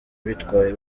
bitwaye